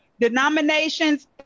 denominations